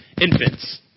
infants